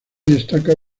destaca